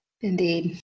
Indeed